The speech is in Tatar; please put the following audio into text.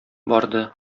барды